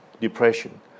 depression